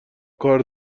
کار